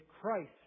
Christ